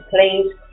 please